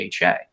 DHA